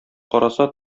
караса